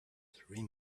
three